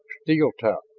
steel tough,